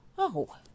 Oh